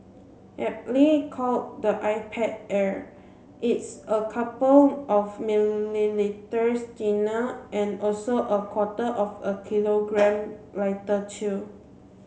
aptly called the iPad Air it's a couple of millimetres thinner and also a quarter of a kilogram lighter too